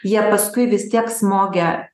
jie paskui vis tiek smogia